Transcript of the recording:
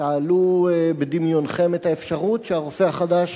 העלו בדמיונכם את האפשרות שהרופא החדש